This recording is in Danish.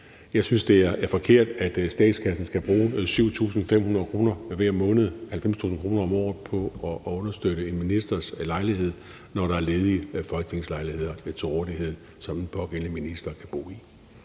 Jeg synes, at det er forkert, at statskassen skal bruge 7.500 kr. hver måned, altså 90.000 kr. om året, på at understøtte en ministers lejlighed, når der er ledige folketingslejligheder til rådighed, som den pågældende minister kan bo i.